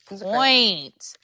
point